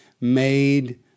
made